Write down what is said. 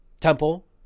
temple